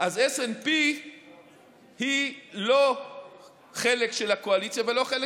אז S&P היא לא חלק של הקואליציה ולא חלק